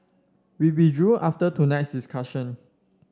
we withdrew after tonight's discussion